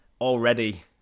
already